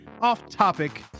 off-topic